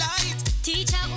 Teacher